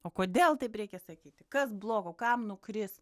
o kodėl taip reikia sakyti kas blogo kam nukris